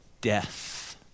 death